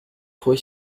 ruhig